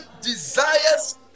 desires